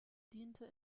diente